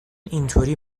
اینطوری